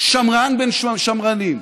שמרן בן שמרנים,